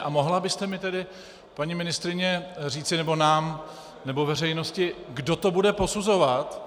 A mohla byste mi tedy, paní ministryně, říci, nebo nám, nebo veřejnosti, kdo to bude posuzovat?